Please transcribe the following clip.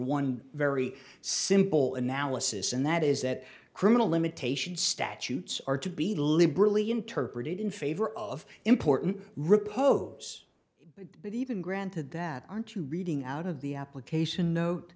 one very simple analysis and that is that criminal limitation statutes are to be liberally interpreted in favor of important repose but even granted that aren't you reading out of the application note